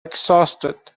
exhausted